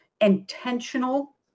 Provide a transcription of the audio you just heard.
Intentional